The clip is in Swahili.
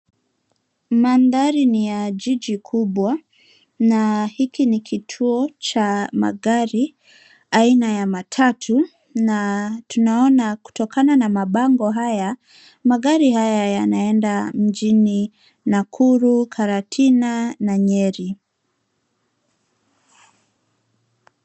Mandhari ni ya jiji kubwa na hiki ni kituo cha magari aina ya matatu na tunaona kutokana na mabango Magari haya yanaenda mjini Nakuru , karatina na nyeri.